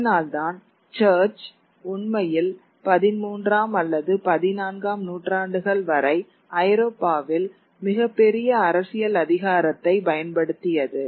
அதனால்தான் சர்ச் உண்மையில் பதின்மூன்றாம் அல்லது பதினான்காம் நூற்றாண்டுகள் வரை ஐரோப்பாவில் மிகப்பெரிய அரசியல் அதிகாரத்தை பயன்படுத்தியது